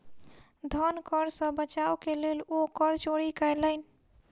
धन कर सॅ बचाव के लेल ओ कर चोरी कयलैन